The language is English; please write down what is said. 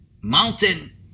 mountain